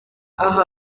aha